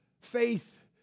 faith